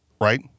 right